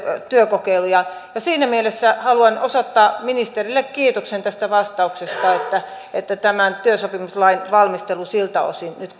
työkokeiluja siinä mielessä haluan osoittaa ministerille kiitoksen tästä vastauksesta että että tämän työsopimuslain valmistelu siltä osin nyt